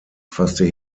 fasste